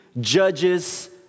Judges